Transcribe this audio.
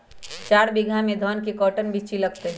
चार बीघा में धन के कर्टन बिच्ची लगतै?